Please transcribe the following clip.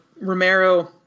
Romero